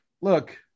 look